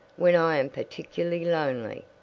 when i am particularly lonely.